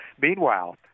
Meanwhile